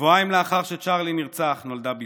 שבועיים לאחר שצ'רלי נרצח נולדה בתו.